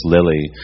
Lily